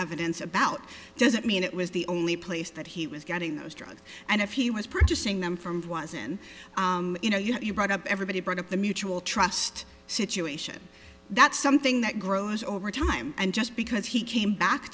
evidence about doesn't mean it was the only place that he was getting those drugs and if he was producing them from was in you know you brought up everybody brought up the mutual trust situation that's something that grows over time and just because he came back